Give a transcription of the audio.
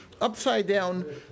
upside-down